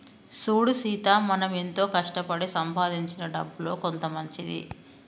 సూడు సీత మనం ఎంతో కష్టపడి సంపాదించిన డబ్బులో కొంత మంచిది